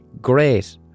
great